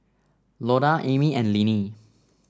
Loda Amie and Linnie